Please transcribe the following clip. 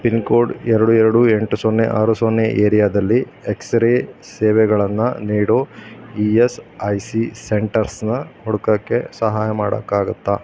pin code ಎರಡು ಎರಡು ಎಂಟು ಸೊನ್ನೆ ಆರು ಸೊನ್ನೆ ಏರಿಯಾದಲ್ಲಿ ಎಕ್ಸ್ ರೇ ಸೇವೆಗಳನ್ನು ನೀಡೋ ಇ ಎಸ್ ಐ ಸಿ ಸೆಂಟರ್ಸ್ನ ಹುಡ್ಕೋಕ್ಕೆ ಸಹಾಯ ಮಾಡೋಕ್ಕಾಗುತ್ತಾ